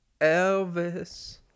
Elvis